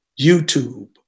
YouTube